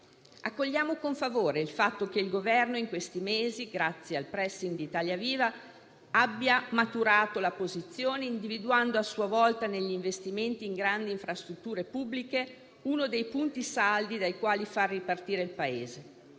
Accogliamo con favore il fatto che il Governo in questi mesi, grazie al *pressing* di Italia Viva, abbia maturato la posizione, individuando a sua volta negli investimenti in grandi infrastrutture pubbliche uno dei punti saldi dai quali far ripartire il Paese.